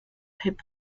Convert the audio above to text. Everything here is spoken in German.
hip